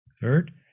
Third